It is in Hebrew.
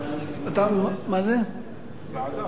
ועדה.